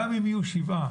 גם אם יהיו שבעה,